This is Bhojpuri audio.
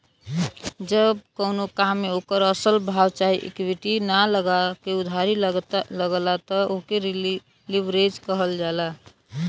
जब कउनो काम मे ओकर असल भाव चाहे इक्विटी ना लगा के उधारी लगला त ओके लीवरेज कहल जाला